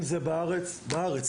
אם זה בארץ בארץ.